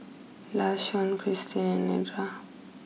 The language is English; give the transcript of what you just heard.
Lashawn Chrissie and Nedra